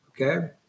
Okay